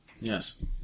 Yes